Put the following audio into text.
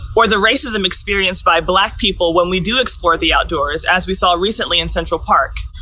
or the racism experienced by black people when we do explore the outdoors, as we saw recently in central park.